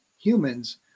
humans